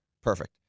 Perfect